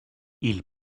ils